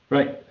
Right